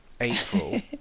April